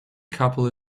couple